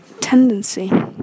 tendency